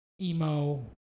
emo